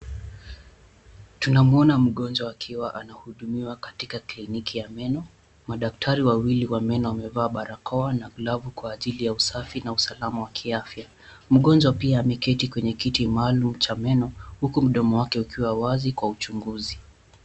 Tunaona mgonjwa akiwa anahudumiwa katika kliniki ya meno. Madaktari wa meno wamevaa glavu na barakoa kwa ajili ya usafi na usalama wa kiafya . Mgonjwa ameketi kwenye kiti maalum huku mdomo wake ukiwa wazi kwa uchunguzi.